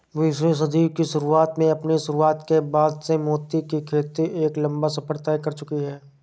बीसवीं सदी की शुरुआत में अपनी शुरुआत के बाद से मोती की खेती एक लंबा सफर तय कर चुकी है